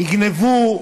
יגנבו,